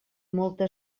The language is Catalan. molta